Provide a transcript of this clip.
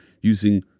using